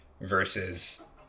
versus